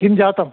किं जातं